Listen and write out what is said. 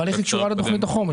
אבל איך היא קשורה לתוכנית החומש?